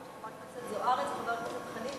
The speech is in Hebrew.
של חברת הכנסת זוארץ וחבר הכנסת חנין,